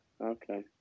Okay